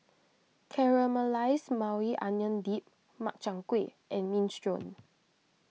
Caramelized Maui Onion Dip Makchang Gui and Minestrone